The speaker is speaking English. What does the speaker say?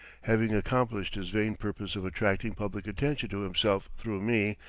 having accomplished his vain purpose of attracting public attention to himself through me,